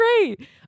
great